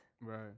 right